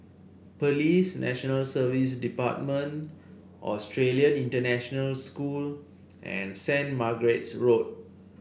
Police National Service Department Australian International School and Saint Margaret's Road